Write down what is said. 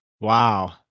wow